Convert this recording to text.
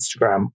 Instagram